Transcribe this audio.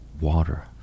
Water